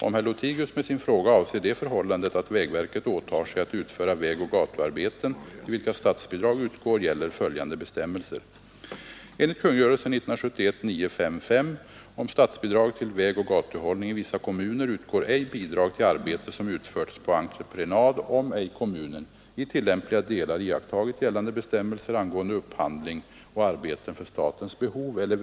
Om herr Lothigius med sin fråga avser det förhållandet att vägverket åtar sig att utföra vägoch gatuarbeten till vilka statsbidrag utgår gäller följande bestämmelser.